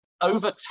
Over